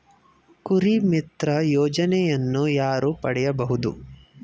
ಕುರಿಮಿತ್ರ ಯೋಜನೆಯನ್ನು ಯಾರು ಪಡೆಯಬಹುದು?